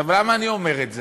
למה אני אומר את זה?